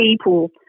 people